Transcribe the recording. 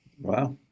Wow